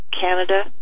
Canada